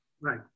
Right